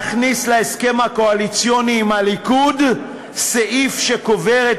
להכניס להסכם הקואליציוני עם הליכוד סעיף שקובר את